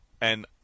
and-